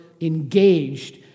engaged